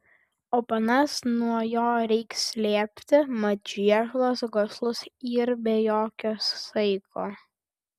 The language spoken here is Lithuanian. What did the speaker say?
o panas nuo jo reik slėpti mat žiežulas goslus yr be jokio saiko